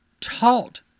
taught